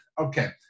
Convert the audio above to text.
okay